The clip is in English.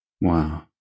Wow